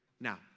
Now